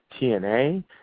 TNA